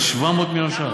זה 700 מיליון ש"ח,